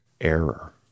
error